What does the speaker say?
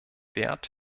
wert